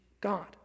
God